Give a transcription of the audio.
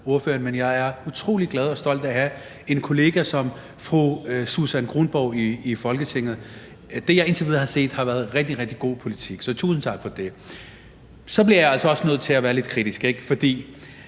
men jeg er utrolig glad for og stolt over at have en kollega som fru Susan Kronborg i Folketinget. Det, jeg indtil videre har set, har været rigtig, rigtig god politik. Så tusind tak for det. Så bliver jeg altså også nødt til at være lidt kritisk, for